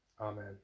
Amen